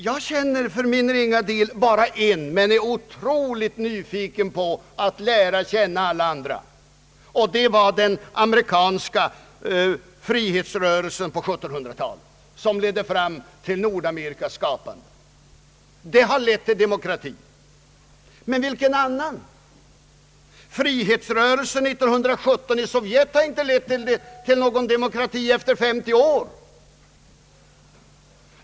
Jag känner för min ringa del bara en, men är otroligt nyfiken på att lära känna alla andra. Det var den amerikanska frihetsrörelsen på 1700-talet som ledde fram till USA:s skapande. Den har lett till demokrati. Men vilken annan? Frihetsrörelsen 1917 i Sovjet har inte lett till någon demokrati efter 50 år.